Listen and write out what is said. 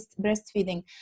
breastfeeding